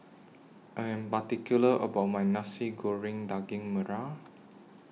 I Am particular about My Nasi Goreng Daging Merah